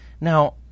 Now